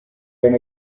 been